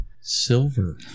Silver